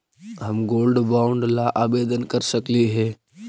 हम gold bond ला आवेदन कर सकली हे?